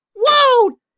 Whoa